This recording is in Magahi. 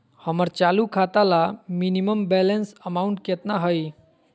हमर चालू खाता ला मिनिमम बैलेंस अमाउंट केतना हइ?